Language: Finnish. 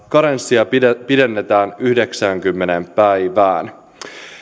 karenssia pidennetään yhdeksäänkymmeneen päivään